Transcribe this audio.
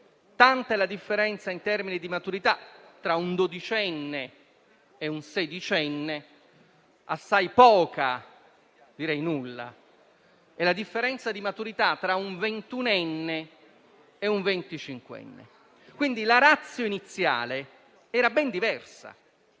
tanta è la differenza in termini di maturità tra un dodicenne e un sedicenne, ma assai poca, direi nulla, è tra un ventunenne e un venticinquenne. Quindi, la *ratio* iniziale era ben diversa